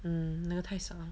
mm 那太少了